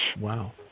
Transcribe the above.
Wow